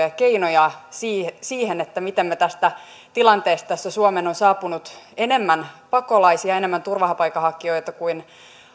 ja keinoja siihen siihen miten me tästä tilanteesta jossa suomeen on saapunut enemmän pakolaisia enemmän turvapaikanhakijoita kuin